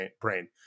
brain